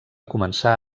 començar